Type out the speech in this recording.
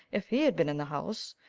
if he had been in the house.